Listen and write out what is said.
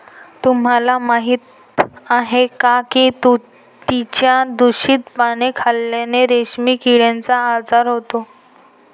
तुम्हाला माहीत आहे का की तुतीची दूषित पाने खाल्ल्याने रेशीम किड्याचा आजार होतो